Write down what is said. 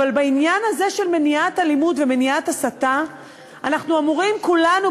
אבל בעניין הזה של מניעת אלימות ומניעת הסתה אנחנו אמורים כולנו,